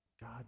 God